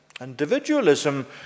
Individualism